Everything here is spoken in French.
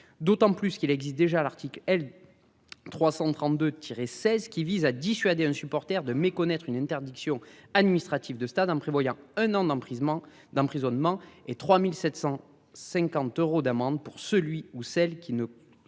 d'autant plus qu'il existe déjà à l'article L.. 332 tiré 16 qui vise à dissuader un supporter de méconnaître une interdiction administrative de stade hein prévoyant un an d'emprisonnement d'emprisonnement et 3750 euros d'amende pour celui ou celle qui ne